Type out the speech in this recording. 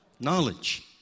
Knowledge